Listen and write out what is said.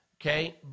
okay